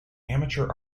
amateur